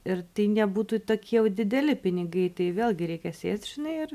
ir nebūtų tokie jau dideli pinigai tai vėlgi reikia sėt žinai ir